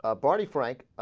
ah barney frank